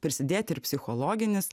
prisidėti ir psichologinis